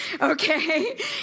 okay